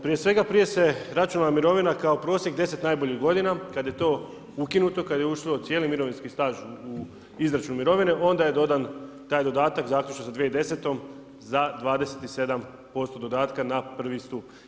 Prije svega, prije se računala mirovina kao prosjek 10 najboljih godina, kad je to ukinuto, kad je ušlo cijeli mirovinski staž u izračun mirovine, onda je dodan taj dodatak zaključno sa 2010. za 27% dodatka na prvi stup.